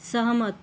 सहमत